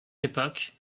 époque